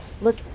look